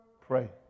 pray